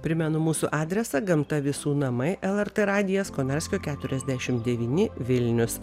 primenu mūsų adresą gamta visų namai lrt radijas konarskio keturiasdešim devyni vilnius